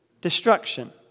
destruction